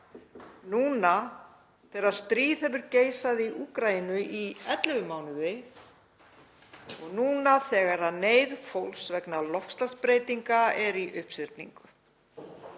núna þegar stríð hefur geisað í Úkraínu í 11 mánuði og núna þegar neyð fólks vegna loftslagsbreytinga er í uppsiglingu.